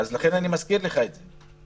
לכן אני מזכיר לך את זה.